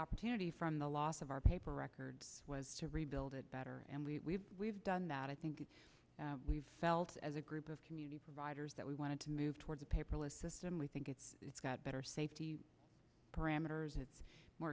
opportunity from the loss of our paper record was to rebuild it better and we we've done that i think we've felt as a group of community providers that we wanted to move toward the paperless system we think it's got better safety parameters it's more